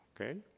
Okay